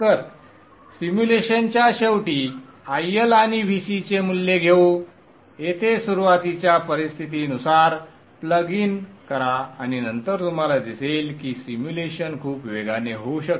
तर सिम्युलेशनच्या शेवटी IL आणि Vc चे मूल्य घेऊ येथे सुरुवातीच्या परिस्थितीनुसार प्लग इन करा आणि नंतर तुम्हाला दिसेल की सिम्युलेशन खूप वेगवान होऊ शकते